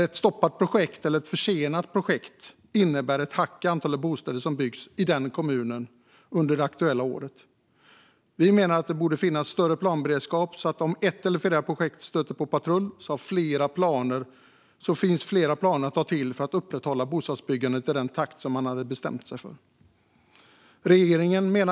Ett stoppat eller försenat projekt innebär ett hack i antalet bostäder som byggs i den kommunen under det aktuella året. Vi menar att det borde finnas större planberedskap så att det finns fler planer att ta till för att upprätthålla bostadsbyggandet i den takt som man har bestämt sig för om ett eller flera projekt stöter på patrull.